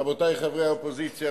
רבותי חברי האופוזיציה.